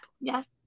yes